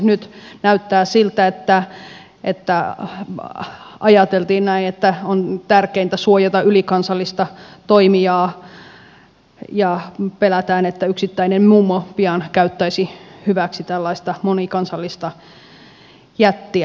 nyt näyttää siltä että ajateltiin näin että on tärkeintä suojata ylikansallista toimijaa ja pelätään että yksittäinen mummo pian käyttäisi hyväksi tällaista monikansallista jättiä